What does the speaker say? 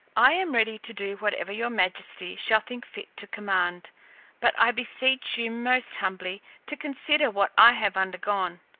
i am ready to do whatever your majesty shall think fit to command but i beseech you most humbly to consider what i have undergone.